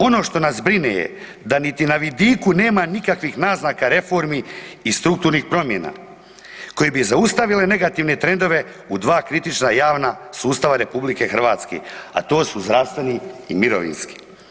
Ono što nas brine je da niti na vidiku nema nikakvih naznaka reformi i strukturnih promjena koje bi zaustavite negativne trendove u dva kritična, javna sustava Republike Hrvatske, a to su zdravstveni i mirovinski.